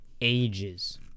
ages